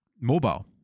mobile